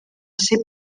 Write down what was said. ser